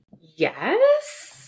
Yes